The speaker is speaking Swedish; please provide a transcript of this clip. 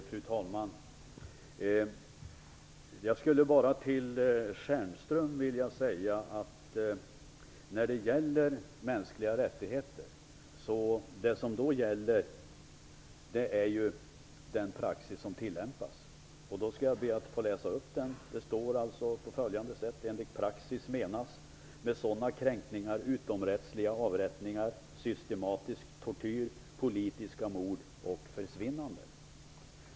Fru talman! Till Michael Stjernström vill jag säga följande. Det som gäller beträffande mänskliga rättigheter är den praxis som tillämpas. Jag skall be att få läsa upp den. Det står på följande sätt: Enligt praxis menas med sådana kränkningar utomrättsliga avrättningar, systematisk tortyr, politiska mord och försvinnanden.